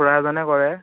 খুৰা এজনে কৰে